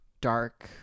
dark